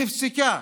נפסקה,